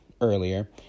earlier